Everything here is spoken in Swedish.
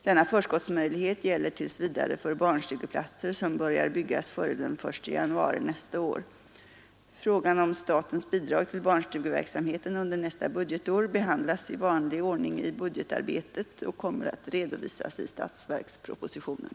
Denna förskottsmöjlighet gäller tills vidare för barnstugeplatser som börjar byggas före den 1 januari nästa år. Frågan om statens bidrag till barnstugeverksamheten under nästa budgetår behandlas i vanlig ordning i budgetarbetet och kommer att redovisas i statsverkspropositionen.